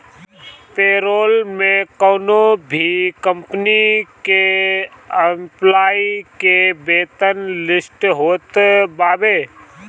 payroll में कवनो भी कंपनी के एम्प्लाई के वेतन लिस्ट होत बावे